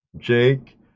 Jake